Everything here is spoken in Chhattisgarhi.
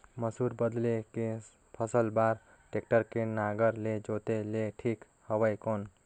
मसूर बदले के फसल बार टेक्टर के नागर ले जोते ले ठीक हवय कौन?